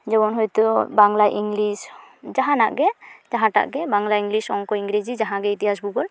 ᱡᱮᱢᱚᱱ ᱦᱚᱭᱛᱳ ᱵᱟᱝᱞᱟ ᱤᱝᱞᱤᱥ ᱡᱟᱦᱟᱱᱟᱜ ᱜᱮ ᱡᱟᱦᱟᱸᱴᱟᱜ ᱜᱮ ᱵᱟᱝᱞᱟ ᱤᱝᱞᱤᱥ ᱚᱝᱠᱚ ᱤᱝᱨᱮᱡᱤ ᱡᱟᱦᱟᱸᱜᱮ ᱤᱛᱤᱦᱟᱥ ᱵᱷᱩᱜᱳᱞ